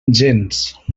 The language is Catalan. gens